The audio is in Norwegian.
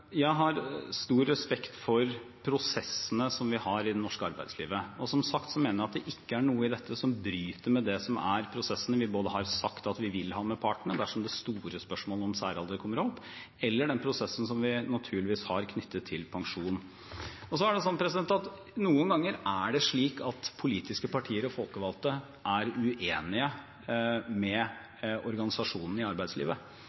Jeg har stor respekt for prosessene som vi har i det norske arbeidslivet. Som sagt mener jeg at det ikke er noe i dette som bryter med prosessen vi har sagt at vi vil ha med partene i dersom det store spørsmålet om særalder kommer opp, eller den prosessen som vi naturligvis har knyttet til pensjon. Noen ganger er det slik at politiske partier og folkevalgte er uenige med organisasjonene i arbeidslivet.